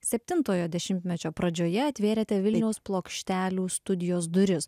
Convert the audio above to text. septintojo dešimtmečio pradžioje atvėrėte vilniaus plokštelių studijos duris